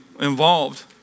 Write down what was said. involved